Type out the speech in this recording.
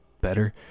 better